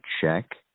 check